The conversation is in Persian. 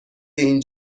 این